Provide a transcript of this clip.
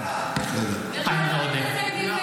לא ראיתי אותך, צגה.